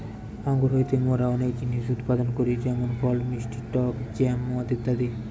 আঙ্গুর হইতে মোরা অনেক জিনিস উৎপাদন করি যেমন ফল, মিষ্টি টক জ্যাম, মদ ইত্যাদি